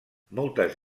moltes